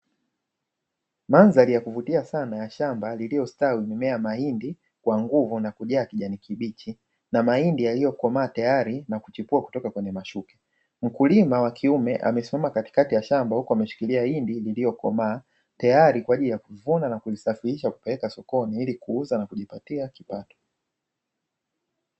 Mandhari ya kuvutia sana ya shamba lililostawi mimea ya mahindi kwa nguvu na kujaa kijani kibichi, na mahindi yaliyokomaa tayari na kuchipua kutoka kwenye masuke. Mkulima wa kiume amesimama katikati ya shamba, huku ameshikilia hindi lililokomaa tayari kwa ajili ya kuvuna na kulisafirisha, kupeleka sokoni ili kuuza na kujipatia kipato.